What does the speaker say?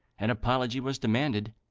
an apology was demanded,